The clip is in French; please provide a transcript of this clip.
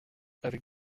avec